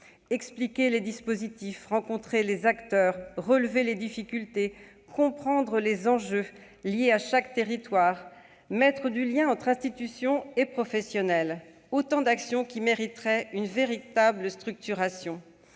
Expliquer les dispositifs, rencontrer les acteurs, relever les difficultés, comprendre les enjeux liés à chaque territoire, mettre du lien entre institutions et professionnels : autant d'actions qui mériteraient une véritable structuration.